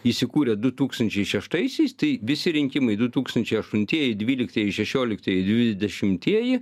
įsikūrė du tūkstančiai šeštaisiais tai visi rinkimai du tūkstančiai aštuntieji dvyliktieji šešioliktieji dvidešimtieji